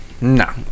No